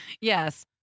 Yes